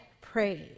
praise